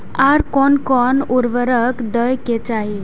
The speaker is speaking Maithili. आर कोन कोन उर्वरक दै के चाही?